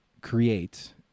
create